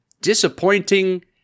disappointing